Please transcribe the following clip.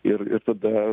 ir ir tada